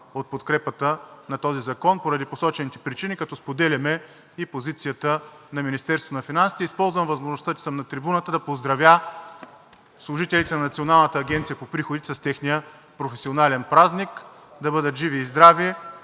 от подкрепата на този закон поради посочените причини, като споделяме и позицията на Министерството на финансите. Използвам възможността, че съм на трибуната, да поздравя служителите на Националната агенция по приходите с техния професионален празник! Да бъдат живи и здрави